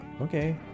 okay